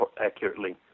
accurately